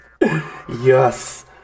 Yes